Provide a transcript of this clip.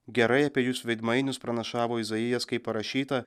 gerai apie jus veidmainius pranašavo izaijas kaip parašyta